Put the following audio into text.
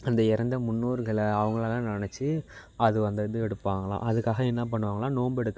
அந்த இறந்த முன்னோர்களை அவங்களலாம் நெனைச்சி அது வந்த இது எடுப்பாங்கலாம் அதுக்காக என்ன பண்ணுவாங்கலாம் நோன்பு எடுக்கிற